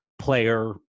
player